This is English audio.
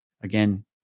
Again